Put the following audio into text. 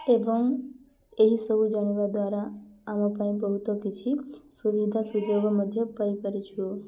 ଏବଂ ଏହିସବୁ ଜାଣିବା ଦ୍ୱାରା ଆମ ପାଇଁ ବହୁତ କିଛି ସୁବିଧା ସୁଯୋଗ ମଧ୍ୟ ପାଇପାରୁିଛୁ